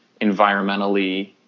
environmentally